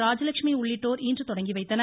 ராஜலெட்சுமி உள்ளிட்டோர் இன்று தொடங்கி வைத்தனர்